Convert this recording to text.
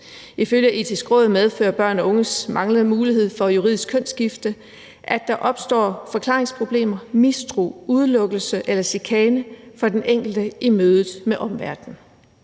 Ifølge Det Etiske Råd medfører børn og unges manglende mulighed for juridisk kønsskifte, at der opstår forklaringsproblemer, mistro, udelukkelse eller chikane for den enkelte i mødet med omverdenen.